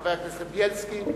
חבר הכנסת בילסקי.